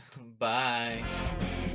bye